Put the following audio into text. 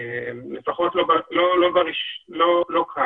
לפחות לא כאן.